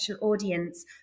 audience